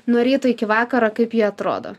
nuo ryto iki vakaro kaip ji atrodo